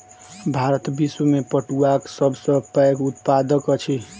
भारत विश्व में पटुआक सब सॅ पैघ उत्पादक अछि